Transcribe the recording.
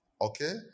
okay